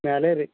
ಮ್ಯಾಲೆ ರೀ